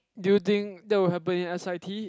do you think that will happen in s_i_t